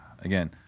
again